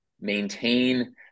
maintain